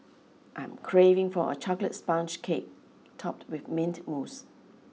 I'm craving for a chocolate sponge cake topped with mint mousse